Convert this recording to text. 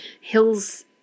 hills